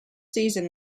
season